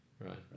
Right